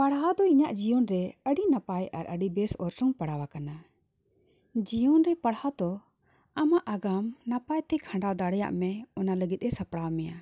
ᱯᱟᱲᱦᱟᱣ ᱫᱚ ᱤᱧᱟᱹᱜ ᱡᱤᱭᱚᱱ ᱨᱮ ᱟᱹᱰᱤ ᱱᱟᱯᱟᱭ ᱟᱨ ᱟᱹᱰᱤᱵᱮᱥ ᱚᱨᱥᱚᱝ ᱯᱟᱲᱟᱣ ᱟᱠᱟᱱᱟ ᱡᱤᱭᱚᱱ ᱨᱮ ᱯᱟᱲᱦᱟᱣ ᱫᱚ ᱟᱢᱟᱜ ᱟᱜᱟᱢ ᱱᱟᱯᱟᱭᱛᱮ ᱠᱷᱟᱸᱰᱟᱣ ᱫᱟᱲᱮᱭᱟᱜᱼᱢᱮ ᱚᱱᱟ ᱞᱟᱹᱜᱤᱫᱼᱮ ᱥᱟᱯᱲᱟᱣ ᱢᱮᱭᱟ